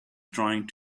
trying